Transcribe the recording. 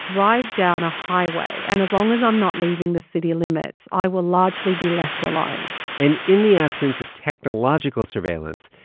drive down a highway, and as long as i'm not leaving the city limits, i will largely be left alone and in the absence of technological surveillance,